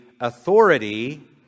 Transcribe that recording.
authority